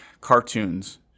cartoons